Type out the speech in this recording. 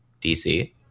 DC